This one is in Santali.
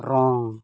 ᱨᱚᱝ